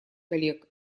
коллег